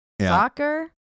Soccer